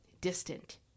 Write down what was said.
distant